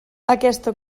aquesta